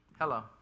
Hello